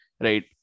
right